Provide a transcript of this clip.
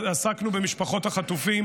רציתי להתייחס לתשובתה על הצעת החוק הקודמת,